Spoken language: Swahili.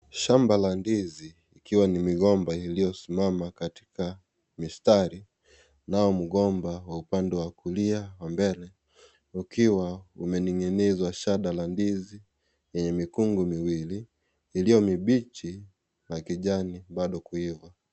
Shamba la ndizi ikiwa ni migomba iliyosimama katika mistari nao mgomba wa upande wa kulia wa mbele ukiwa umening'iniza shada la ndizi yenye mikungu miwili ili mibichi na kijani bado kuiva.